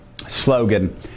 slogan